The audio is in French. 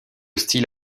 style